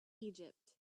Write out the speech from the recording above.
egypt